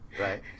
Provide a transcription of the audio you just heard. Right